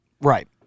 Right